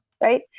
right